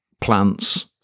plants